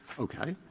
okay.